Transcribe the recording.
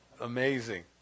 amazing